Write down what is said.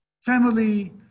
family